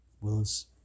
Willis